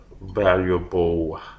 valuable